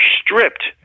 stripped